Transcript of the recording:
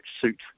suit